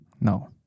No